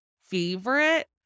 favorite